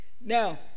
Now